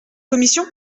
commission